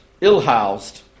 ill-housed